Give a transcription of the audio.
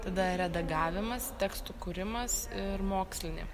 tada redagavimas tekstų kūrimas ir mokslinė